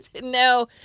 No